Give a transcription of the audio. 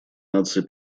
наций